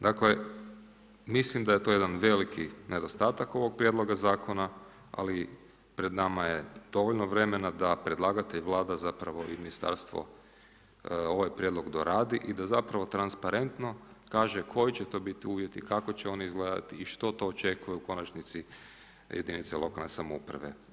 Dakle mislim da je to jedan veliki nedostatak ovog prijedloga zakona ali pred nama je dovoljno vremena da predlagatelj, Vlada zapravo i ministarstvo ovaj prijedlog doradi i da zapravo transparentno kaže koji će to biti uvjeti, kako će oni izgledati i što to očekuje u konačnici jedinice lokalne samouprave.